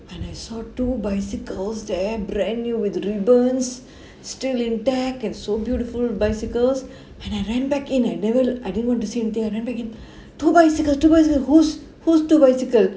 and I saw two bicycles there brand new with the ribbons still intact and so beautiful bicycles and I ran back in I never I didn't want to say anything I ran back in two bicycles two bicycles whose whose two bicycles